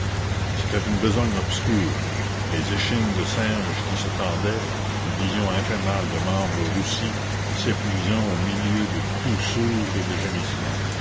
c'était une besogne obscure des échines de singe qui se tendaient une vision infernale de membres roussis s'épuisant au milieu de coups sourds et de